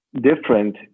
different